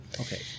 Okay